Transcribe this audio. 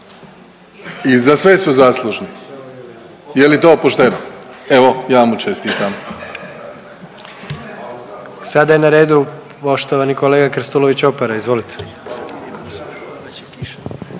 i za sve su zaslužni. Je li to pošteno? Evo, ja mu čestitam. **Jandroković, Gordan (HDZ)** Sada je na redu poštovani kolega Krstulović Opara, izvolite.